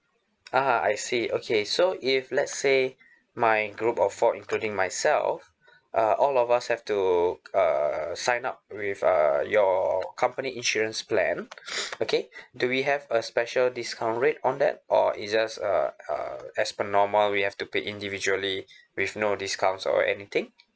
uh I see okay so if let's say my group of four including myself uh all of us have to err sign up with uh your company insurance plan okay do we have a special discount rate on that or is just uh uh as per normal we have to pay individually with no discounts or anything